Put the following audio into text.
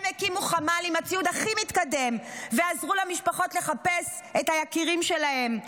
הם הקימו חמ"ל עם הציוד הכי מתקדם ועזרו למשפחות לחפש את היקירים שלהן.